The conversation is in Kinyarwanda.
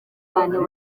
bantu